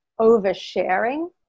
oversharing